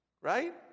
Right